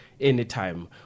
anytime